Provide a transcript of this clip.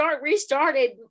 restarted